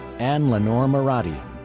ann lenore moradian.